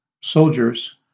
soldiers